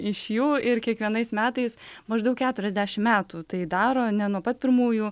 iš jų ir kiekvienais metais maždaug keturiasdešim metų tai daro ne nuo pat pirmųjų